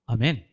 Amen